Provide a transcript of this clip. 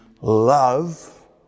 love